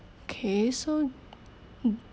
okay so